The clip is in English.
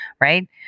right